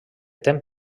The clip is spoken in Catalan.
tem